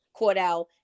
Cordell